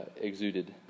exuded